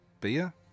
Beer